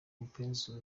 mupenzi